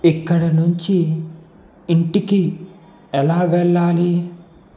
ఇక్కడ నుంచి ఇంటికి ఎలా వెళ్ళాలి